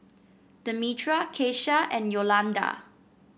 Demetra Kesha and Yolanda